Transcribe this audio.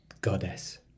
Goddess